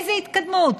איזו התקדמות?